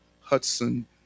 Hudson